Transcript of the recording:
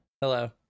Hello